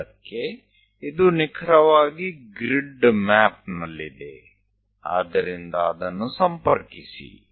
5 ಕ್ಕೆ ಇದು ನಿಖರವಾಗಿ ಗ್ರಿಡ್ ಮ್ಯಾಪ್ ನಲ್ಲಿದೆ ಆದ್ದರಿಂದ ಅದನ್ನು ಸಂಪರ್ಕಿಸಿ